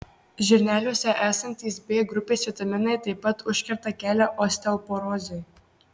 žirneliuose esantys b grupės vitaminai taip pat užkerta kelią osteoporozei